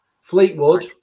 Fleetwood